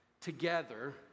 together